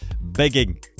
begging